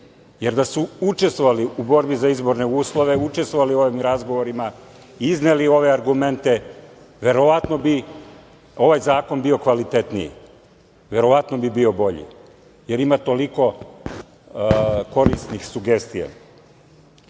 jer da su učestvovali u borbi za izborne uslove, učestvovali u ovim razgovorima, izneli ove argumente, verovatno bi ovaj zakon bio kvalitetniji, verovatno bi bio bolji, jer ima toliko korisnih sugestija. Što